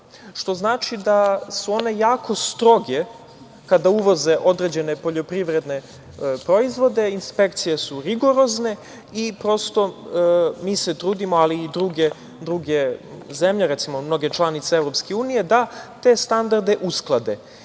što znači da su one jako stroge kada uvoze određene poljoprivredne proizvode, inspekcije su rigorozne i mi se trudimo, ali i druge zemlje, recimo mnoge članice EU da te standarde usklade. Zato